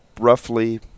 roughly